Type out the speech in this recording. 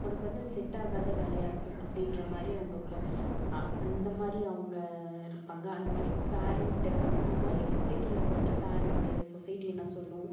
உனக்கு வந்து அது செட் ஆகாத வேலையாக இருக்கும் அப்படீன்ற மாதிரி அவங்க பா அந்த மாதிரி அவங்க இருப்பாங்க அந்த மாதிரி பேரெண்ட்டு இந்த மாதிரி சொசைட்டியில் வந்துட்டு பேரெண்ட்டு சொசைட்டி என்ன சொல்லும்